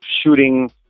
shooting